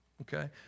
okay